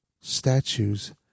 statues